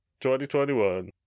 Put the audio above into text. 2021